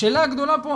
השאלה הגדולה פה,